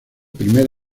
primer